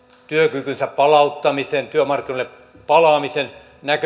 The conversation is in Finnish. työkykynsä palauttamisen työmarkkinoille palaamisen